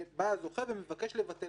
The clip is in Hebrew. לשלם, ולא צריך לתמרץ